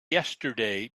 yesterday